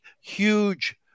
huge